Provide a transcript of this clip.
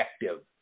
effective